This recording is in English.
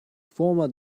former